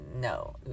No